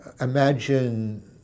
Imagine